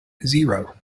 zero